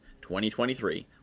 2023